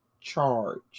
charge